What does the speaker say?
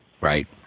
Right